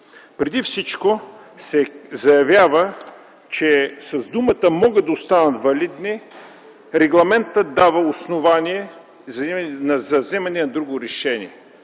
Преди всичко се заявява, че с думите „могат да останат валидни” Регламентът дава основание за вземане на друго решение.